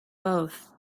both